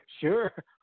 Sure